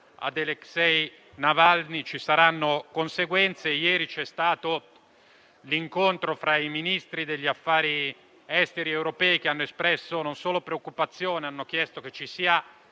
ad Alexei Navalny, ci saranno conseguenze. Ieri c'è stato l'incontro fra i Ministri degli affari esteri europei, che non solo hanno espresso preoccupazione, ma hanno chiesto che ci sia